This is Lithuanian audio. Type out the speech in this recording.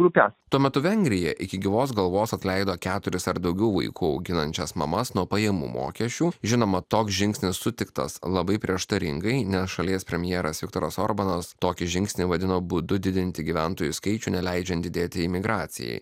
grupė tuo metu vengrija iki gyvos galvos atleido keturis ar daugiau vaikų auginančias mamas nuo pajamų mokesčių žinoma toks žingsnis sutiktas labai prieštaringai nes šalies premjeras viktoras orbanas tokį žingsnį vadino būdu didinti gyventojų skaičių neleidžiant didėti imigracijai